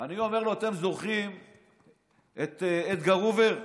אני אומר לו: אתם זוכרים את אדגר הובר?